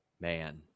Man